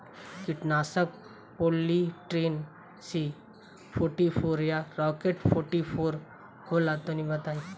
कीटनाशक Polytrin C forty four या rocket forty four होला तनि बताई?